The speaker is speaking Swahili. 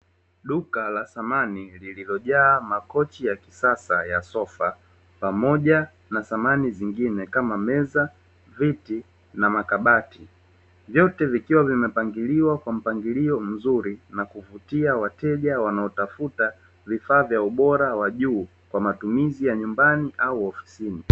Duka la samani lililojaa makochi ya kisasa ya sofa pamoja na samani nyingine kama meza, viti na mkabati vyote vikiwa vimepangiliwa kwa mpangilio mzuri na kuvutia wateja, wanaotafuta vifaa vya ubora wa juu kwa matumizi ya nyumbani au ofisini.